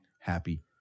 happy